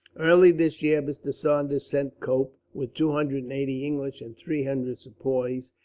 early this year mr. saunders sent cope, with two hundred and eighty english and three hundred sepoys,